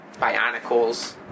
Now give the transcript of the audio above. Bionicles